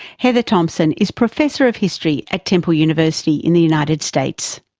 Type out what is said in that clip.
heather thompson is professor of history at temple university in the united states.